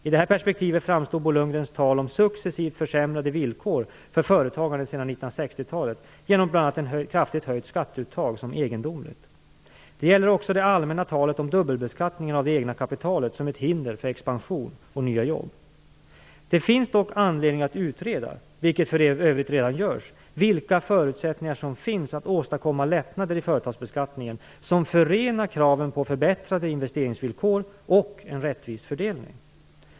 I detta perspektiv framstår Bo Lundgrens tal om successivt försämrade villkor för företagande sedan 1960-talet genom bl.a. ett kraftigt höjt skatteuttag som egendomligt. Detta gäller också det allmänna talet om dubbelbeskattningen av det egna kapitalet som ett hinder för expansion och nya jobb. Det finns dock anledning att utreda, vilket för övrigt redan görs, vilka förutsättningar som finns att åstadkomma lättnader i företagsbeskattningen som förenar kraven på förbättrade investeringsvillkor och en rättvis fördelning.